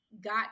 got